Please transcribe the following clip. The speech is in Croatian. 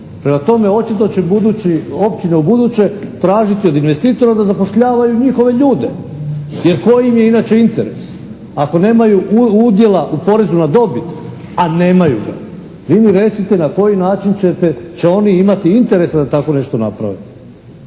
Prema tome očito će budući, općine ubuduće tražiti od investitora da zapošljavaju njihove ljude jer koji im je inače interes? Ako nemaju udjela u porezu na dobit, a nemaju ga, vi mi recite na koji način ćete, će oni imati interesa da tako nešto naprave.